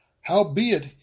Howbeit